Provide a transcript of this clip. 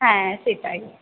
হ্যাঁ সেটাই